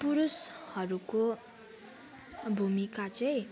पुरुषहरूको भूमिका चाहिँ